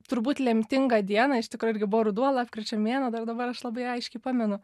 turbūt lemtingą dieną iš tikro irgi buvo ruduo lapkričio mėnuo dar dabar aš labai aiškiai pamenu